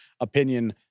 opinion